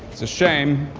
it's a shame.